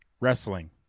Wrestling